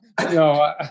No